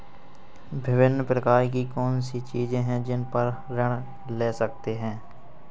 विभिन्न प्रकार की कौन सी चीजें हैं जिन पर हम ऋण ले सकते हैं?